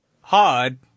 hard